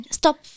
stop